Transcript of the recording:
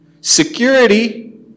security